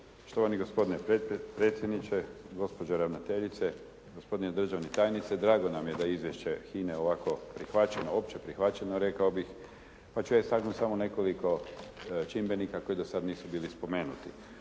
Štovani gospodine predsjedniče, gospođo ravnateljice, gospodine državni tajnici. Drago nam je da je izvješće HINA-e ovako prihvaćeno, opće prihvaćeno rekao bih, pa ću ja istaknuti samo nekoliko čimbenika koji do sada nisu bili spomenuti.